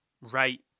right